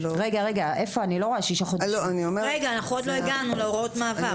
אנחנו נקבע דיון נוסף ליום רביעי.